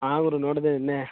ಹಾಂ ಗುರು ನೋಡಿದೆ ನಿನ್ನೆ